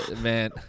Man